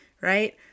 right